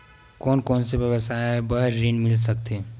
कोन कोन से व्यवसाय बर ऋण मिल सकथे?